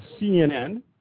CNN